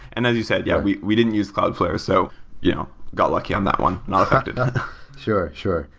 and as you said, yeah, we we didn't use cloudflare, so yeah got lucky on that one. not affected ah sure. sure.